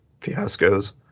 fiascos